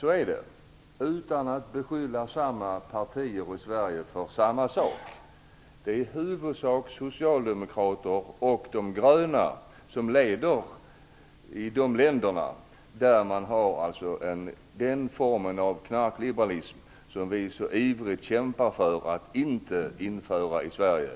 kan man konstatera, utan att beskylla motsvarande partier i Sverige för samma sak, att det i huvudsak är socialdemokrater och de gröna som leder i de länder där man har den form av knarkliberalism som vi så ivrigt kämpar för att inte införa i Sverige.